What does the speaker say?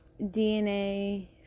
DNA